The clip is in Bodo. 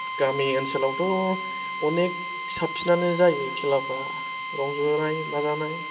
गामि ओनसोलावथ' अनेक साबसिनानो जायो खेलाफ्रा रंजानाय बाजानाय